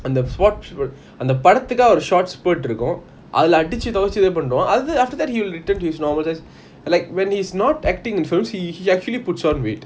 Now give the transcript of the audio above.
அந்த:antha short spurt அந்த படத்துக்காக ஒரு:antha padathukaaga oru aft~ after that he will return to his normal se~ like when he's not acting in films he he actually puts on weight